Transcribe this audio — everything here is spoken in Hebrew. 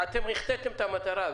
אתם החטאתם את המטרה.